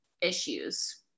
issues